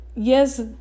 Yes